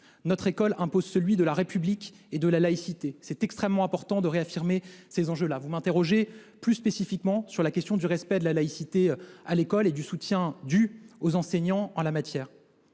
Notre école impose celui de la République et de la laïcité. Il est extrêmement important de réaffirmer ces enjeux. Madame la sénatrice, vous m’interrogez plus spécifiquement sur la question du respect de la laïcité à l’école et du soutien dû aux enseignants en la matière.